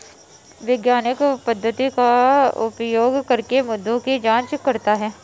वैज्ञानिक पद्धति का उपयोग करके मुद्दों की जांच करता है